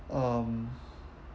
um